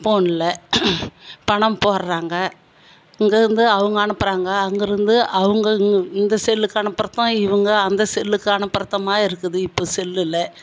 போனில் பணம் போடுறாங்க இங்கேருந்து அவங்க அனுப்புகிறாங்க அங்கேருந்து அவங்க இங் இந்த செல்லுக்கு அனுப்புகிறதும் இவங்க அந்த செல்லுக்கு அனுப்புறதுமா இருக்குது இப்போ செல்லில்